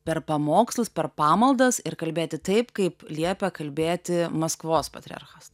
per pamokslus per pamaldas ir kalbėti taip kaip liepia kalbėti maskvos patriarchas